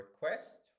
request